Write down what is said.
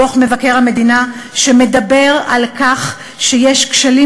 דוח מבקר המדינה מדבר על כך שיש כשלים